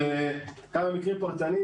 --- בשביל כמה מקרים פרטניים,